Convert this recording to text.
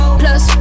plus